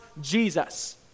Jesus